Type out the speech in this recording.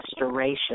restoration